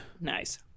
Nice